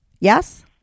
Yes